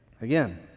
again